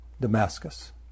Damascus